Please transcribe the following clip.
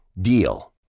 DEAL